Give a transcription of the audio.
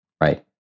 right